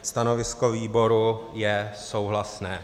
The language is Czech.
Stanovisko výboru je souhlasné.